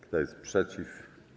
Kto jest przeciw?